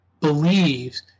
believes